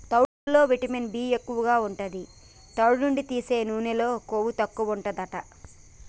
తవుడులో vitamin B ఎక్కువు ఉంటది, తవుడు నుండి తీసే నూనెలో కొవ్వు తక్కువుంటదట